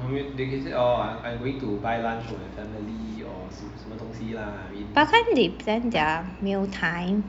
but can't they plan their meal time